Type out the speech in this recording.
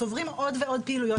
צוברים עוד ועוד פעילויות,